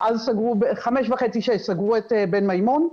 בחמש וחצי-שש סגרו את בן מימון,